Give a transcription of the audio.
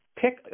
pick